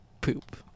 poop